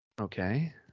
Okay